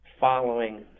following